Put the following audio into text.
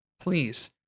Please